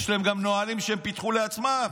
יש להם גם נהלים שהם פיתחו לעצמם.